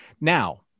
Now